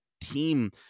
team